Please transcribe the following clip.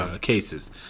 cases